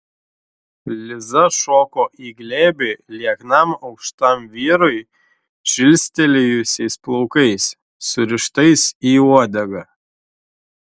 liza šoko į glėbį lieknam aukštam vyrui žilstelėjusiais plaukais surištais į uodegą